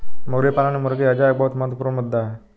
मुर्गी पालन में मुर्गी हैजा एक बहुत महत्वपूर्ण मुद्दा है